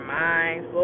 minds